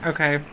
Okay